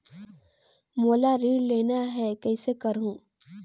मोला ऋण लेना ह, कइसे करहुँ?